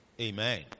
Amen